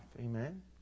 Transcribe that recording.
Amen